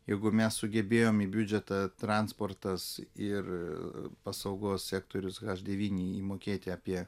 jeigu mes sugebėjom į biudžetą transportas ir pasaugos sektorius haš devyni įmokėti apie